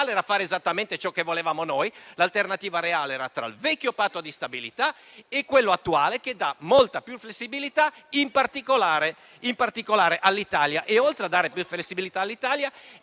era fare esattamente ciò che volevamo noi, io ricordo che l'alternativa reale era tra il vecchio Patto di stabilità e quello attuale, che dà molta più flessibilità, in particolare all'Italia. E oltre a dare più flessibilità all'Italia,